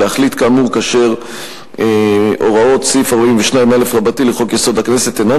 להחליט כאמור כאשר הוראות סעיף 42א לחוק-יסוד: הכנסת אינן